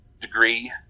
degree